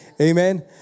Amen